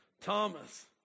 Thomas